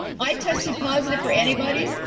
i tested positive for antibodies.